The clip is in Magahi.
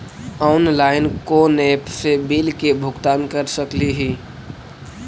ऑनलाइन कोन एप से बिल के भुगतान कर सकली ही?